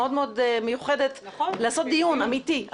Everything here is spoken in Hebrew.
מאוד מאוד מיוחדת לעשות דיון אמיתי,